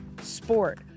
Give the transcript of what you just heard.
sport